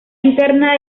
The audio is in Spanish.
interna